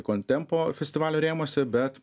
kontempo festivalio rėmuose bet